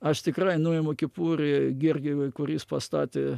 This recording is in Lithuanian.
aš tikrai nuimu kepurę georgevui kuris pastatė